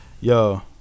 Yo